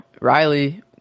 Riley